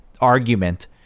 argument